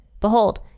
Behold